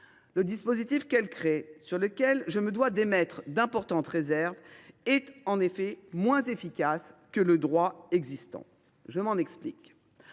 Le dispositif qu’elle crée, sur lequel je me dois d’émettre d’importantes réserves, est en effet moins efficace que le droit existant. Je m’explique.